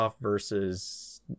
versus